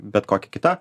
bet kokia kita